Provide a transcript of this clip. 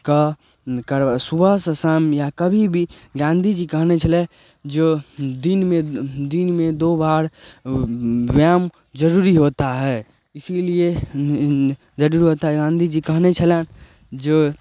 कऽ सुबह सऽ शाम या कभी भी गांधी जी कहने छलै जे दिनमे दिनमे दो बार व्यायाम जरूरी होता है इसीलिए जरूरत है गांधी जी कहने छला जे